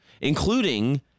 including